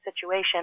situation